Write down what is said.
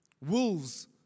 wolves